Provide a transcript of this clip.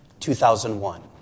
2001